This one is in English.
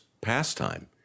pastime